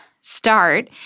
start